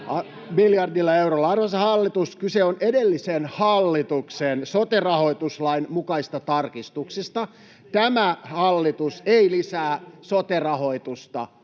miljardilla eurolla. — Arvoisa hallitus, kyse on edellisen hallituksen sote-rahoituslain mukaisista tarkistuksista. Tämä hallitus ei lisää sote-rahoitusta,